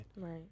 Right